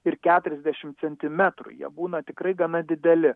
ir keturiasdešimt centimetrų jie būna tikrai gana dideli